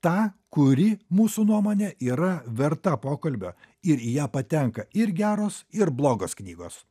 tą kuri mūsų nuomone yra verta pokalbio ir į ją patenka ir geros ir blogos knygos